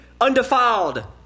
undefiled